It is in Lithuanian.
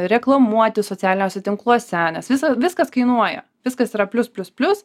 reklamuotis socialiniuose tinkluose nes visa viskas kainuoja viskas yra plius plius plius